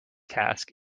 task